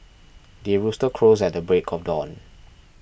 the rooster crows at the break of dawn